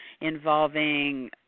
involving